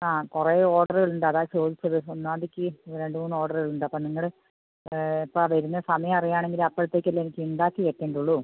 ആ കുറേ ഓർഡറുകൾ ഉണ്ട് അതാണ് ചോദിച്ചത് ഒന്നാം തീയതിക്ക് രണ്ട് മൂന്ന് ഓർഡറുകൾ ഉണ്ട് അപ്പം നിങ്ങൾ എപ്പോഴാണ് വരുന്നത് സമയം അറിയുകയാണെങ്കിൽ അപ്പോഴത്തേക്ക് അല്ലെ എനിക്ക് ഉണ്ടാക്കി വയ്ക്കേണ്ടത് ഉള്ളു